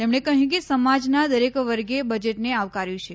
તેમણે કહ્યું કે સમાજના દરેક વર્ગે બજેટને આવકાર્યું છે